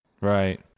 Right